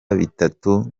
bitatu